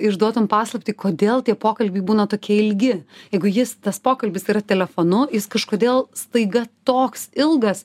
išduotum paslaptį kodėl tie pokalbiai būna tokie ilgi jeigu jis tas pokalbis yra telefonu jis kažkodėl staiga toks ilgas